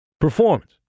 performance